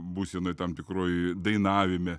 būsenoj tam tikroj dainavime